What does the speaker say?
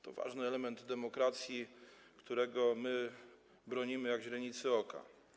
To ważny element demokracji, którego my bronimy jak źrenicy oka.